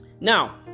now